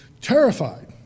terrified